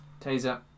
Taser